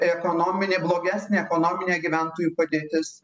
ekonominė blogesnė ekonominė gyventojų padėtis